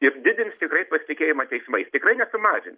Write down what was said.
ir didins tikrai pasitikėjimą teismais tikrai nesumažins